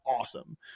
awesome